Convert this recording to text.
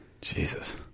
Jesus